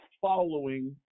following